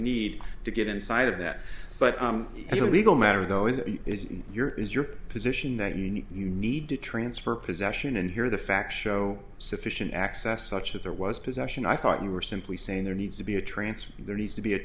need to get inside of that but as a legal matter though it is your is your position that you need you need to transfer possession and here the facts show sufficient access such that there was possession i thought you were simply saying there needs to be a transfer there needs to be a